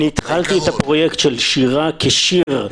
התחלתי את הפרויקט של שיר"ה כשי"ר,